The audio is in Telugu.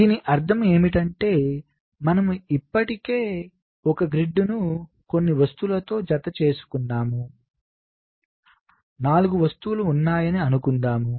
దీని అర్థం ఏమిటంటే మనము ఇప్పటికే ఒక గ్రిడ్ను కొన్ని వస్తువులతో జత చేసుకున్నాము అక్కడ 4 వస్తువులు ఉన్నాయని అనుకుందాం